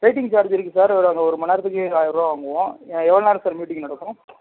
waiting charge இருக்குது sir ஒரு ஒரு மணி நேரத்துக்கு ஆயர்ரூபா வாங்குவோம் எவ்வளோ நேரம் சார் மீட்டிங் நடக்கும்